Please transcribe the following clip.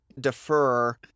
defer